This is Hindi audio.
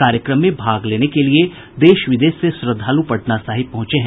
कार्यक्रम में भाग लेने के लिए देश विदेश से श्रद्धालू पटना साहिब पहुंचे हैं